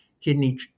kidney